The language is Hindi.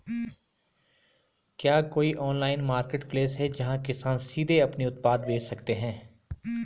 क्या कोई ऑनलाइन मार्केटप्लेस है, जहां किसान सीधे अपने उत्पाद बेच सकते हैं?